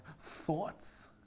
thoughts